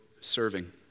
serving